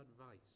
advice